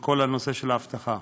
בכל הנושא של האבטחה.